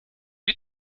wie